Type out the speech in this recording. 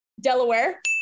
Delaware